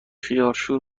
خیارشور